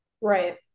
Right